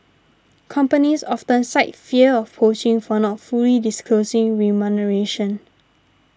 companies often cite fear of poaching for not fully disclosing remuneration